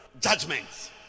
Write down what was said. Judgments